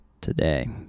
today